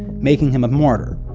making him a martyr.